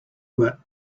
were